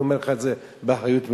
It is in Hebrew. אני אומר לך את זה באחריות מלאה.